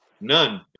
none